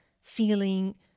feeling